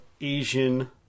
Asian